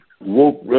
woke